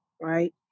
right